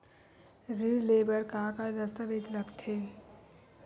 ऋण ले बर का का दस्तावेज लगथे?